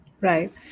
Right